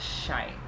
shite